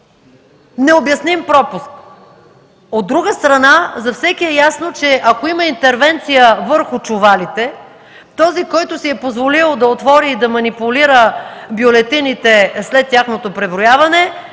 необясним пропуск. От друга страна, за всеки е ясно, че ако има интервенция върху чувалите, то този, който си е позволил да отвори и манипулира бюлетините след тяхното преброяване,